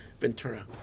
Ventura